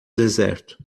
deserto